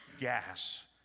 gas